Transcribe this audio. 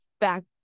back